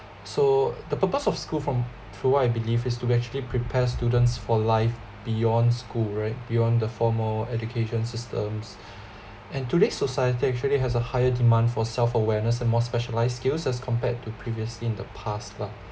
so the purpose of school from for what I believe is to actually prepare students for life beyond school right beyond the formal education systems and today's society actually has a higher demand for self awareness and more specialised skills as compared to previously in the past lah